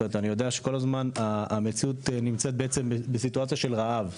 אני יודע שהמציאות היא שהענף נמצא כל הזמן בסיטואציה של רעב.